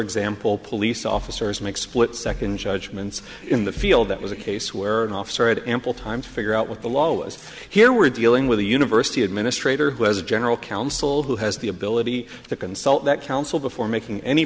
example police officers make split second judgments in the field that was a case where an officer had ample time to figure out what the law was here we're dealing with a university administrator who has a general counsel who has the ability to consult that counsel before making any